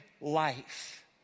life